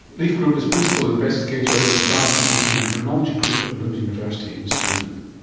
leif groop is principal investigator in the diabetes and endocrinology group at lund university in sweden